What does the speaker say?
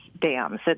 dams